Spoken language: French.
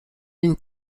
une